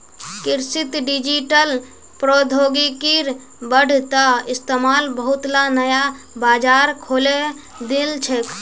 कृषित डिजिटल प्रौद्योगिकिर बढ़ त इस्तमाल बहुतला नया बाजार खोले दिल छेक